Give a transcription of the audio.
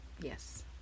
Yes